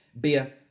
beer